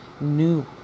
new